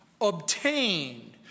obtained